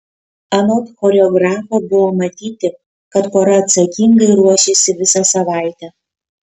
anot choreografo buvo matyti kad pora atsakingai ruošėsi visą savaitę